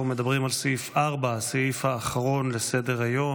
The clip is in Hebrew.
אנחנו מדברים על סעיף 4, הסעיף האחרון בסדר-היום.